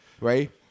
right